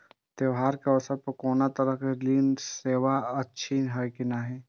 त्योहार के अवसर पर कोनो तरहक ऋण सेवा अछि कि नहिं?